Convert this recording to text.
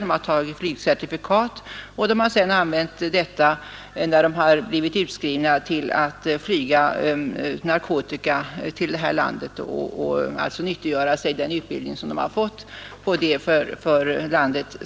De har tagit flygcertifikat, som de sedan efter utskrivningen använt för att flyga narkotika till vårt land och alltså på detta för landet skadliga sätt nyttiggöra sig den utbildning de har fått.